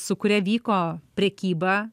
su kuria vyko prekyba